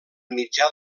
mitjà